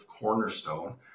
cornerstone